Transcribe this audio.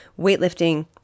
weightlifting